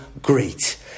great